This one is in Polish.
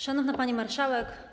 Szanowna Pani Marszałek!